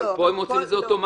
אבל פה הם רוצים את זה אוטומטית.